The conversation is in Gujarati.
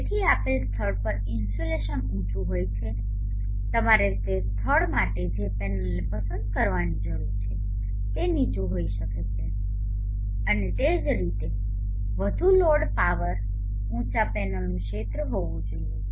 તેથી આપેલ સ્થળ પર ઇન્સ્યુલેશન ઉંચું હોય છે તમારે તે સ્થળ માટે જે પેનલને પસંદ કરવાની જરૂર છે તે નીચું હોઈ શકે છે અને તે જ રીતે વધુ લોડ પાવર ઉંચા પેનલનું ક્ષેત્ર હોવું જોઈએ